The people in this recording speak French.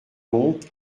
donc